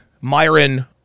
Myron